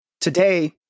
Today